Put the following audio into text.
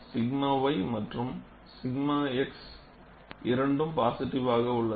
𝛔 y மற்றும் 𝛔 x இரண்டும் பாசிடிவ்வாக உள்ளது